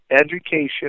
education